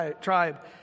tribe